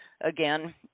Again